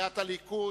הליכוד,